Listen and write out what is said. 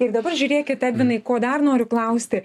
ir dabar žiūrėkit edvinai ko dar noriu klausti